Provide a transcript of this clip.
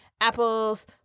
Apples